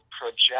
project